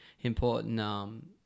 important